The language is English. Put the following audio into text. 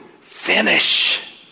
finish